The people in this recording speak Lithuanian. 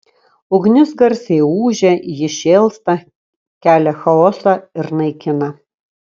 ugnis garsiai ūžia ji šėlsta kelia chaosą ir naikina